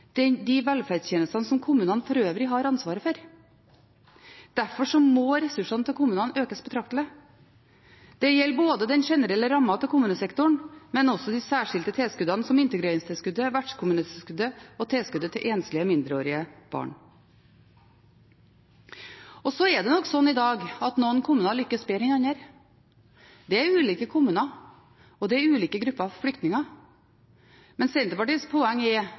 de velferdstjenestene som kommunene for øvrig har ansvaret for. Derfor må ressursene til kommunene økes betraktelig. Det gjelder både den generelle rammen til kommunesektoren og de særskilte tilskuddene, som integreringstilskuddet, vertskommunetilskuddet og tilskuddet til enslige mindreårige barn. Så er det nok slik i dag at noen kommuner lykkes bedre enn andre. Det er ulike kommuner og ulike grupper flyktninger. Men Senterpartiets poeng er